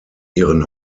ihren